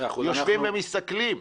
יושבים ומסתכלים.